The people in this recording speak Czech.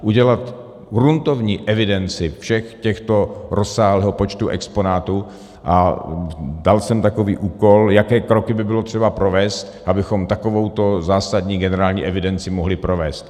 Udělat gruntovní evidenci všech těchto rozsáhlého počtu exponátů a dal jsem takový úkol, jaké kroky by bylo třeba provést, abychom takovouto zásadní generální evidenci mohli provést.